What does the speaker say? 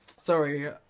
Sorry